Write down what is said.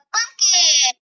Pumpkin